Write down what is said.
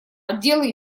отделы